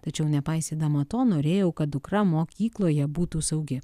tačiau nepaisydama to norėjau kad dukra mokykloje būtų saugi